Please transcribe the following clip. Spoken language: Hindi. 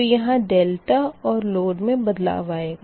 तो यहाँ डेल्टा और लोड मे बदलाव आएगा